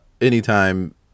anytime